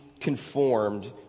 conformed